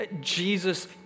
Jesus